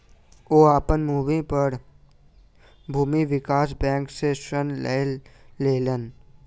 ओ अपन भूमि पर भूमि विकास बैंक सॅ ऋण लय लेलैन